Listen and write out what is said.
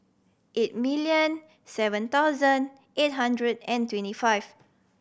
eight million seven thousand eight hundred and twenty five